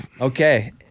Okay